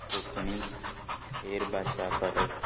कोंकणीक हेर भाशां परस